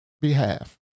behalf